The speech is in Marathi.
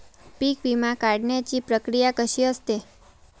पीक विमा काढण्याची प्रक्रिया कशी असते?